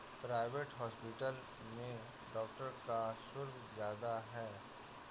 private hospital में doctor का शुल्क ज्यादा है